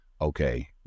okay